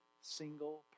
single